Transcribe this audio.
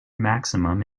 maximum